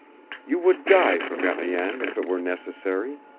you would die for mariane if it were necessary.